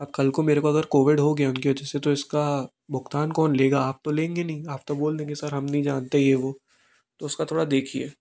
अब कल को अगर मेरे को अगर कोविड हो गया उनके वजह से तो उसका भुगतान कौन लेगा आप तो लेंगे नहीं आप तो बोल देंगे कि सर हम नहीं जानते यह वह तो उसका थोड़ा देखिए